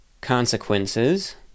consequences